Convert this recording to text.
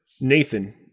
Nathan